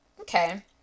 okay